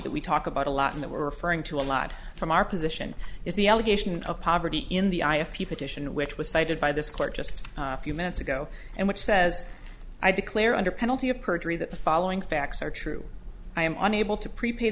that we talk about a lot and that we're referring to a lot from our position is the allegation of poverty in the eye of people titian which was cited by this court just a few minutes ago and which says i declare under penalty of perjury that the following facts are true i am unable to prepay